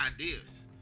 ideas